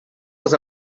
was